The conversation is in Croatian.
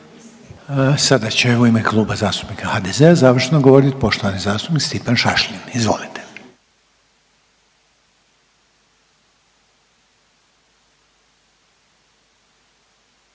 Sada će u ime Kluba zastupnika HDZ-a završno govoriti poštovani zastupnik Stipan Šašlin. Izvolite.